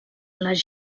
les